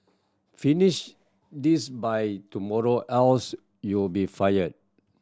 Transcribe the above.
finish this by tomorrow else you'll be fired